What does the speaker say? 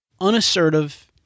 unassertive